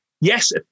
Yes